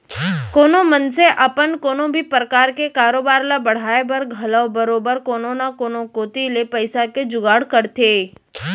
कोनो मनसे अपन कोनो भी परकार के कारोबार ल बढ़ाय बर घलौ बरोबर कोनो न कोनो कोती ले पइसा के जुगाड़ करथे